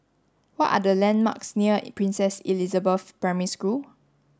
what are the landmarks near Princess Elizabeth Primary School